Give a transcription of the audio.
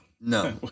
No